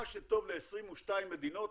מה שטוב ל-22 מדינות